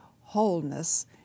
wholeness